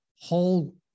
whole